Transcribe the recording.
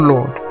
Lord